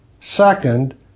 Second